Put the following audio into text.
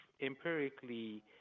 empirically